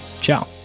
Ciao